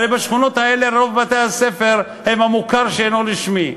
הרי בשכונות האלה רוב בתי-הספר הם מוכר שאינו רשמי.